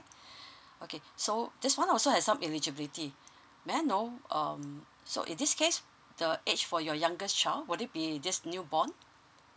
okay so this one also has some eligibility may I know um so in this case the age for your youngest child would it be just new born